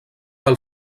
del